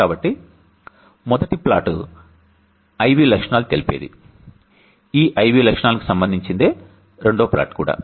కాబట్టి మొదటి plot I V లక్షణాలు తెలిపేది ఈ I V లక్షణానికి సంబంధించినదే రెండవ ప్లాట్ కూడా